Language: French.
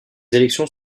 élections